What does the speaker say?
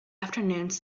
afternoons